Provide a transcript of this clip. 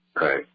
right